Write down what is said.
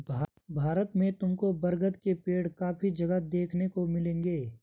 भारत में तुमको बरगद के पेड़ काफी जगह देखने को मिलेंगे